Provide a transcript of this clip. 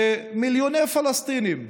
במיליוני פלסטינים,